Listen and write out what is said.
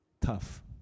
tough